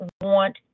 want